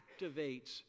activates